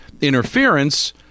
interference